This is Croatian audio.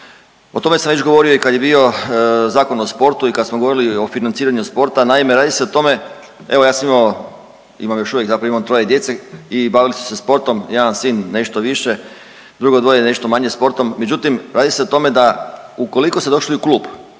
O tome sam već govorio i kad je bio Zakon o sportu i kad smo govorili o financiranju sporta, naime, radi se o tome, evo ja sam imao, imam još uvijek zapravo, imam 3 djece i bavili su se sportom, jedna sin nešto više, drugo dvoje nešto manje sportom, međutim, radi se o tome da ukoliko ste došli u klub